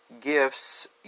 gifts